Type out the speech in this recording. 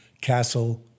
Castle